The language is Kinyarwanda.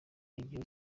n’igihe